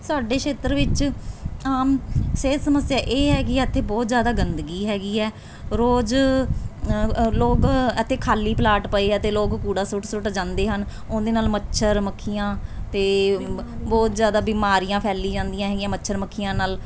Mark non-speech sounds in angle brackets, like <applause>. ਸਾਡੇ ਖੇਤਰ ਵਿੱਚ ਆਮ ਸਿਹਤ ਸਮੱਸਿਆ ਇਹ ਹੈਗੀ ਇੱਥੇ ਬਹੁਤ ਜ਼ਿਆਦਾ ਗੰਦਗੀ ਹੈਗੀ ਹੈ ਰੋਜ਼ <unintelligible> ਲੋਕ ਇੱਥੇ ਖਾਲੀ ਪਲਾਟ ਪਏ ਆ ਅਤੇ ਲੋਕ ਕੂੜਾ ਸੁੱਟ ਸੁੱਟ ਜਾਂਦੇ ਹਨ ਉਹਦੇ ਨਾਲ ਮੱਛਰ ਮੱਖੀਆਂ ਅਤੇ ਬਿਮਾਰੀਆਂ ਬਹੁਤ ਜ਼ਿਆਦਾ ਬਿਮਾਰੀਆਂ ਫੈਲੀ ਜਾਂਦੀਆਂ ਹੈਗੀਆਂ ਮੱਛਰ ਮੱਖੀਆਂ ਨਾਲ